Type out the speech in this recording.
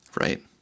Right